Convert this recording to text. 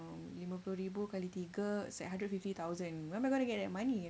err ribu puluh ribu kali tiga it's like hundred fifty thousand where am I gonna get that money you know